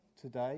today